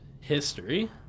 History